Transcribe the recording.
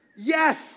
Yes